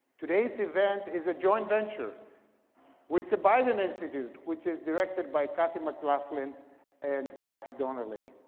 today's event is a joint venture with the biden institute which is directed by cathy mclaughlin and mike donilon.